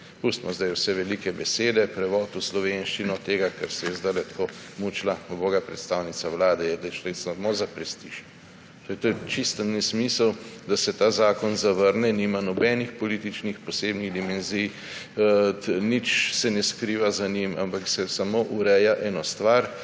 Pustimo zdaj vse velike besede, prevod v slovenščino tega, s čimer se je zdajle tako mučila uboga predstavnica Vlade, je dokaz, da gre samo za prestiž. To je čisti nesmisel, da se ta zakon zavrne. Nima nobenih političnih, posebnih dimenzij, nič se ne skriva za njim, ampak se samo ureja stvar,